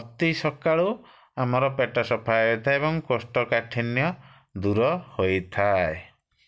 ଅତି ସକାଳୁ ଆମର ପେଟ ସଫା ହେଇଥାଏ ଏବଂ କୋଷ୍ଠକାଠିନ୍ୟ ଦୂର ହୋଇଥାଏ